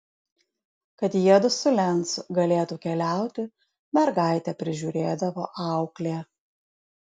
kad jiedu su lencu galėtų keliauti mergaitę prižiūrėdavo auklė